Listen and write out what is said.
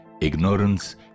ignorance